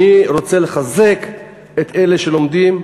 אני רוצה לחזק את אלה שלומדים,